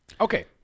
Okay